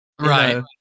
Right